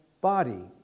body